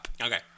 Okay